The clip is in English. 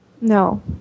no